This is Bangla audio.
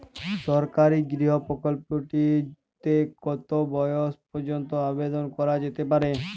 সরকারি গৃহ প্রকল্পটি তে কত বয়স পর্যন্ত আবেদন করা যেতে পারে?